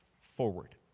forward